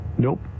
Nope